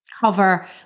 cover